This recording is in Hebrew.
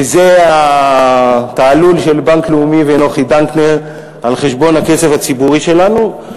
וזה התעלול של בנק לאומי ונוחי דנקנר על-חשבון הכסף הציבורי שלנו.